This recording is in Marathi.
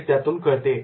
हे त्यातून कळते